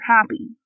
happy